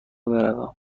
بروم